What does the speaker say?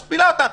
משפילה אותה.